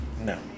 No